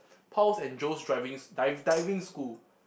Paul's and Joe's driving di~ diving school